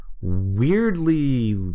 weirdly